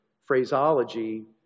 phraseology